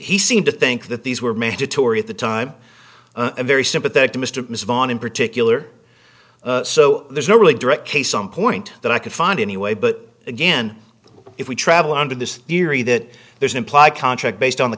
he seemed to think that these were mandatory at the time and very sympathetic to mr vaughan in particular so there's no really direct case on point that i could find anyway but again if we travel on to this theory that there's an implied contract based on the